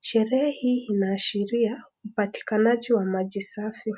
sherehe hii inaashiria, upatikanaji wa maji safi.